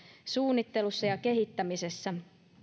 suunnittelussa ja kehittämisessä